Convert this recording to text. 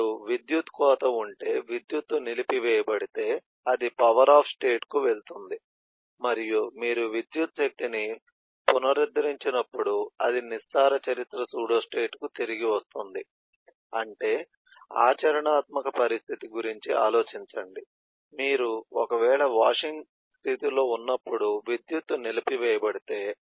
ఇప్పుడు విద్యుత్ కోత ఉంటే విద్యుత్తు నిలిపివేయబడితే అది పవర్ ఆఫ్ స్టేట్కు వెళుతుంది మరియు మీరు విద్యుత్ శక్తిని పునరుద్ధరించినప్పుడు అది నిస్సార చరిత్ర సూడోస్టేట్కు తిరిగి వస్తుంది అంటే ఆచరణాత్మక పరిస్థితి గురించి ఆలోచించండి మీరు ఒకవేళ వాషింగ్ స్థితిలో ఉన్నప్పుడు విద్యుత్తు నిలిపివేయబడితే